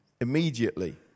immediately